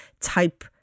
type